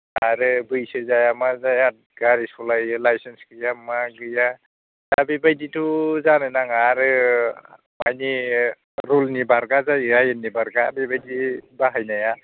आरो बैसो जाया मा जाया गारि सालायो लाइनसेन्स गैया मा गैया दा बेबायदिथ' जानो नाङा आरो माने रुलनि बारगा जायो आयेननि बारगा बेबायदि बाहायनाया